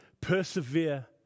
persevere